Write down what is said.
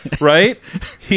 right